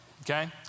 Okay